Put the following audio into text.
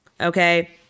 Okay